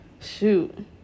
shoot